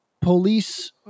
police